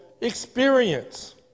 experience